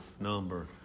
number